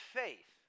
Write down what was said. faith